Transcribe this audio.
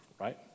right